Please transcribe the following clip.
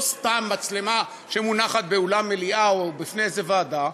לא סתם מצלמה שמונחת באולם מליאה או בפני איזו ועדה,